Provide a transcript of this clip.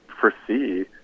foresee